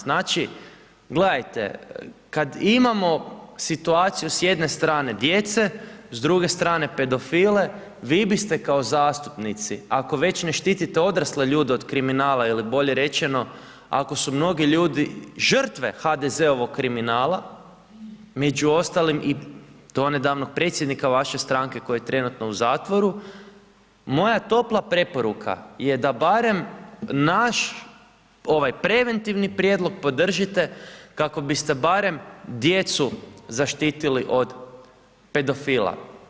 Znači gledajte, kada imamo situaciju s jedne strane djece, s druge strane pedofile, vi biste kao zastupnici, ako već ne štite odrasle ljude od kriminala, ili bolje rečeno, ako su mnogi ljudi žrtve HDZ-ovog kriminala, među ostalim, donedavno i predsjednika vaše stranke koji je trenutno u zatvoru, moja topla preporuka je da barem, naš, ovaj preventivni prijedlog podržite, kako biste barem djecu zaštitili od pedofila.